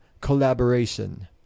collaboration